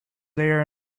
there